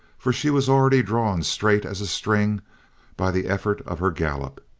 for she was already drawn straight as a string by the effort of her gallop.